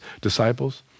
disciples